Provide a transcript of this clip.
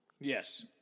Yes